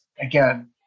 again